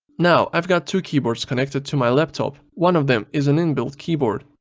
now i've got two keyboards connected to my laptop. one of them is an inbuilt keyboard.